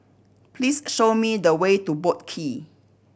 please show me the way to Boat Quay